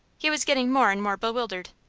he was getting more and more bewildered.